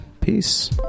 peace